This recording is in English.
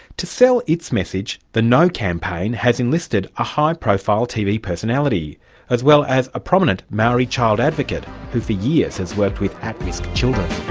to sell its message, the no campaign has enlisted a high profile tv personality as well as a prominent maori child advocate who for years has worked with at-risk children.